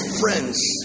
friends